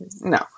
no